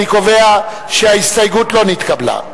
אני קובע שההסתייגות לא נתקבלה.